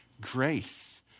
grace